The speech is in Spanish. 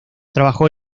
trabajó